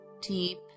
deep